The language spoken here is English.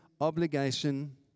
obligation